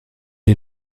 est